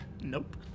nope